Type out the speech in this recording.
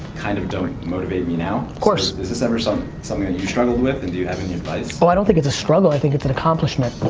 kind of don't motivate me now. of course. is this ever something something that you struggled with and do you have any advice? oh i don't think it's a struggle, i think it's an accomplishment.